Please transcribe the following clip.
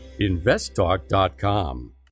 investtalk.com